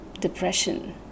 depression